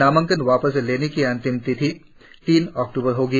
नामांकन वापस लेने की अंतिम तिथि तीन अक्टूबर होगी